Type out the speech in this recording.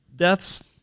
Death's